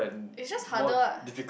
is just harder ah